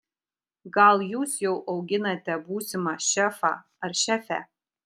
gal jūs jau auginate būsimą šefą ar šefę